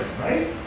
right